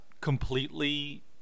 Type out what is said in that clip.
completely